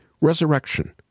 Resurrection